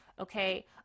Okay